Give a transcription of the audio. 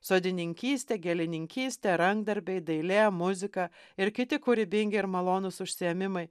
sodininkystė gėlininkystė rankdarbiai dailė muzika ir kiti kūrybingi ir malonūs užsiėmimai